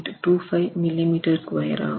25 mm2 ஆகும்